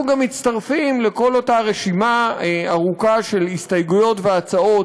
אנחנו גם מצטרפים לכל אותה רשימה ארוכה של הסתייגויות והצעות,